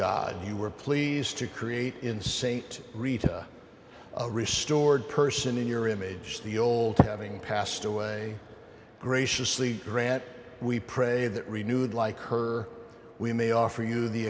god you were pleased to create in saint rita a restored person in your image the old having passed away graciously grant we pray that renewed like her we may offer you the